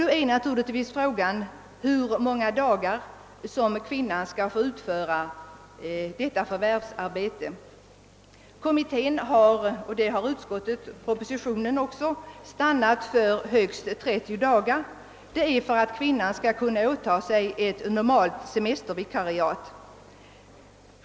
Då uppstår givetvis frågan hur många dagar kvinnan skall få utföra förvärvsarbete. Kommittén har liksom propositionen och utskottet stannat för högst 30 dagar och detta för att kvinnan skall kunna åta sig ett normalt semestervikariat.